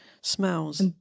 Smells